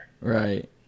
Right